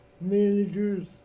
managers